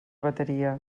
bateria